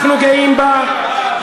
אנחנו גאים בה.